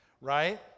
right